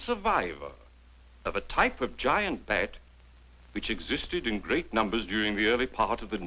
survivor of a type of giant bat which existed in great numbers during the early part of the